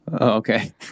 Okay